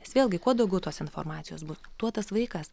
nes vėlgi kuo daugiau tos informacijos bus tuo tas vaikas